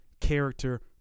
character